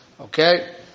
Okay